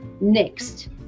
next